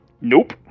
Nope